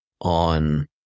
on